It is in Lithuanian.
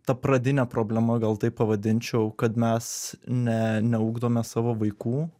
ta pradinė problema gal taip pavadinčiau kad mes ne neugdome savo vaikų